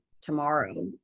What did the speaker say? tomorrow